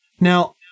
Now